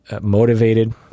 motivated